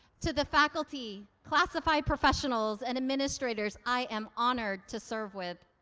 to the faculty, classified professionals, and administrators i am honored to serve with,